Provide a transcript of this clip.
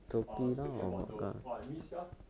ah speaking about those !wah! miss sia